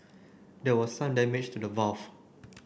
there was some damage to the valve